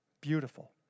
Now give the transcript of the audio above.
Beautiful